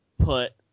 put